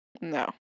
No